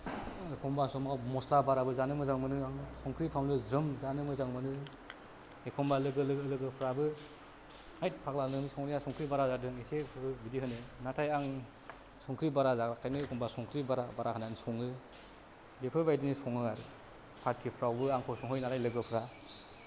एखमब्ला समाव मस्ला बाराबो जानो मोजां मोनो आं संख्रि फानलु ज्रोम जानो मोजां मोनो एखनब्ला लोगो लोगो लोगोफ्राबो होइथ फाग्ला नोंनि संनाया संख्रि बारा जादों एसे हो बिदि होनो नाथाय आं संख्रि बारा जाग्राखायनो एखमब्ला संख्रि बारा बारा होनानै सङो बिफोरबायदिनो सङो आरो पार्टिफ्रावबो आंखौ संहोयो नालाय लोगोफ्रा